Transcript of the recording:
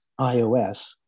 iOS